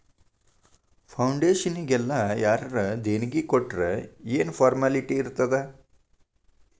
ಫೌಡೇಷನ್ನಿಗೆಲ್ಲಾ ಯಾರರ ದೆಣಿಗಿ ಕೊಟ್ರ್ ಯೆನ್ ಫಾರ್ಮ್ಯಾಲಿಟಿ ಇರ್ತಾದ?